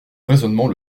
raisonnement